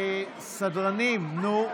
סדרנים, נו.